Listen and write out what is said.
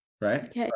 right